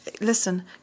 Listen